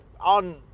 on